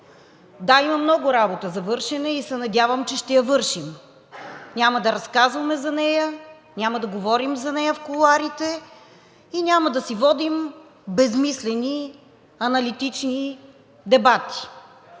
Да, има много работа за вършене и се надявам, че ще я вършим. Няма да разказваме за нея, няма да говорим за нея в кулоарите и няма да си водим безсмислени аналитични дебати,